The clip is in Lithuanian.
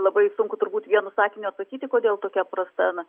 labai sunku turbūt vienu sakiniu atsakyti kodėl tokia prasta na